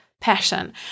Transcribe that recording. passion